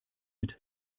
mit